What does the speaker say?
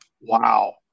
Wow